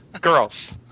girls